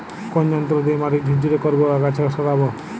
কোন যন্ত্র দিয়ে মাটি ঝুরঝুরে করব ও আগাছা সরাবো?